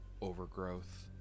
overgrowth